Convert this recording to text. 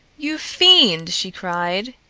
you fiend! she cried,